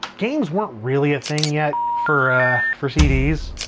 games weren't really a thing yet for for cds.